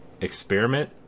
experiment